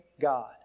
God